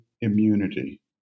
immunity